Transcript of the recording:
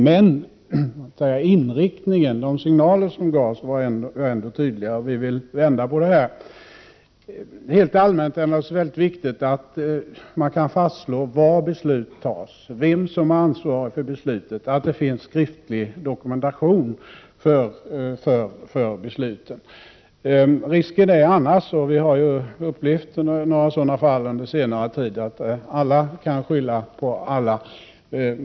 Men de signaler som gavs om vilken inriktning som skulle gälla var ändå tydliga, och vi vill ändra på detta. Helt allmänt är det naturligtvis mycket viktigt att man kan fastslå var beslut fattas, vem som är ansvarig för beslutet och att det finns skriftlig dokumentation för beslutet. Risken är annars, och vi har upplevt några sådana fall under senare tid, att alla kan skylla på alla.